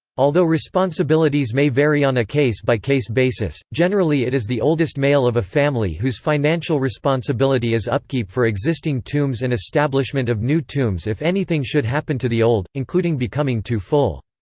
although responsibilities may vary on a case-by-case basis, generally it is the oldest male of a family whose financial responsibility is upkeep for existing tombs and establishment of new tombs if anything should happen to the old, including becoming too full.